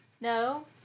No